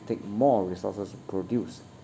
take more resources to produce